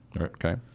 okay